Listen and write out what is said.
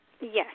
Yes